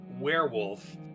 werewolf